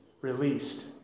released